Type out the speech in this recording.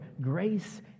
grace